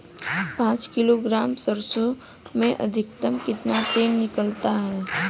पाँच किलोग्राम सरसों में अधिकतम कितना तेल निकलता है?